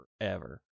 forever